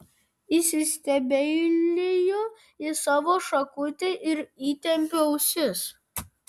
įsistebeiliju į savo šakutę ir įtempiu ausis